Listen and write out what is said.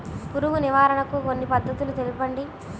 పురుగు నివారణకు కొన్ని పద్ధతులు తెలుపండి?